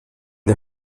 der